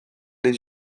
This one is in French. les